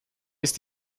ist